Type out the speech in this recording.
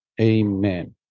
Amen